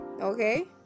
Okay